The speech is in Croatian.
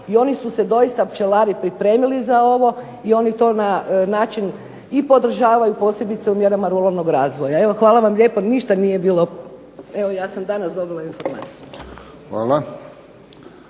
i oni su se doista pčelari pripremili za ovo i oni to na način i podržavaju i posebice u mjerama ruralnog razvoja. Evo hvala vam lijepa, ništa nije bilo, evo ja sam danas dobila informaciju.